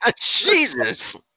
Jesus